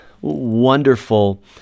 wonderful